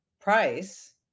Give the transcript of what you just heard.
price